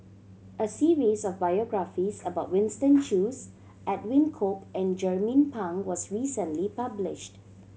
a series of biographies about Winston Choos Edwin Koek and Jernnine Pang was recently published